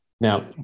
now